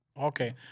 Okay